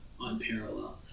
unparalleled